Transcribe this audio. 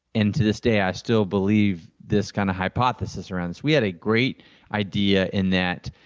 and to this day i still believe this kind of hypothesis runs, we had a great idea in that